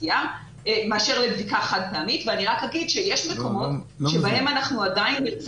פעמית ואני רק אומר שיש מקומות בהם אנחנו עדיין נרצה